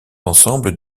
ensembles